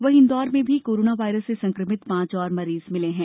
वहीं इन्दौर में भी कोरोना वायरस से संकमित पांच और मरीज मिलें हैं